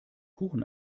kuchen